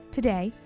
Today